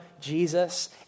Jesus